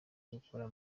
gukora